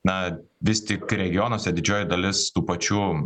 na vis tik regionuose didžioji dalis tų pačių